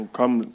Come